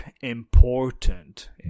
important